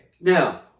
now